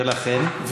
ולכן?